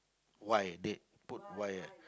why they put why ah